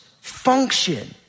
function